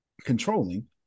controlling